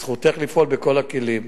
זכותך לפעול בכל הכלים.